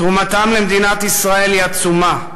תרומתם למדינת ישראל היא עצומה.